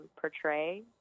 portray